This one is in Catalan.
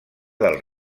del